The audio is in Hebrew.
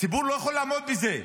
הציבור לא יכול לעמוד בזה.